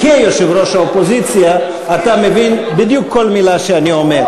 כיושב-ראש האופוזיציה אתה מבין בדיוק כל מילה שאני אומר.